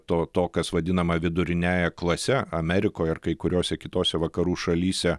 to to kas vadinama viduriniąja klase amerikoj ar kai kuriose kitose vakarų šalyse